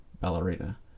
ballerina